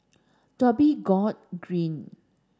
Dhoby Ghaut Green